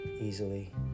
easily